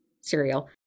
cereal